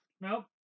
Nope